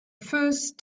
first